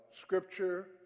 scripture